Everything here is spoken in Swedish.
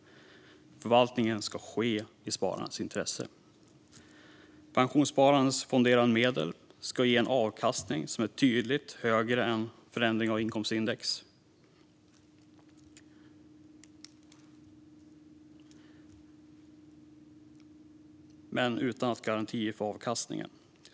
Förvaltningen ska ske i spararnas intresse. Pensionssparandets fonderade medel ska ge en avkastning som är tydligt högre än förändring av inkomstindex men utan att ge garantier för avkastning.